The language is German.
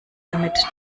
damit